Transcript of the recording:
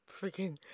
freaking